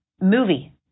movie